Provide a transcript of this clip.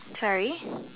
sorry